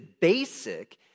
basic